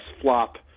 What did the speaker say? flop